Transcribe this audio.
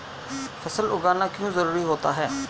फसल उगाना क्यों जरूरी होता है?